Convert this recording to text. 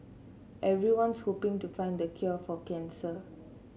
everyone's hoping to find the cure for cancer